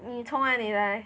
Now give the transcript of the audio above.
你从哪里来